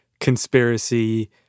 conspiracy